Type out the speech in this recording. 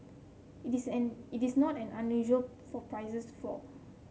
it is it is not unusual for prices to fall